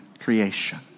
creation